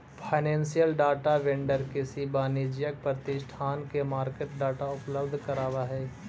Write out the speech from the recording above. financial data vendor किसी वाणिज्यिक प्रतिष्ठान के मार्केट डाटा उपलब्ध करावऽ हइ